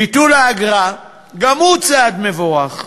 ביטול האגרה גם הוא צעד מבורך,